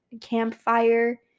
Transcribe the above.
campfire